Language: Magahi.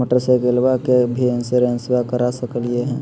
मोटरसाइकिलबा के भी इंसोरेंसबा करा सकलीय है?